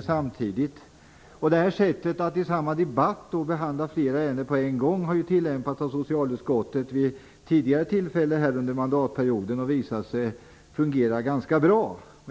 i fem olika ärenden samtidigt i den här debatten. Den tekniken har socialutskottet tillämpat vid ett tidigare tillfälle under mandatperioden och då visat sig fungera ganska bra.